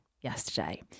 yesterday